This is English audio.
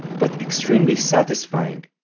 but extremely satisfying.